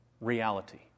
reality